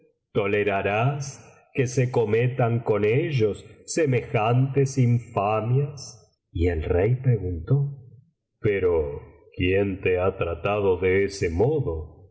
sirven tolerarás que se cometan con ellos semejantes infamias y el rey preguntó pero quién te ha tratado de ese modo